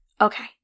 Okay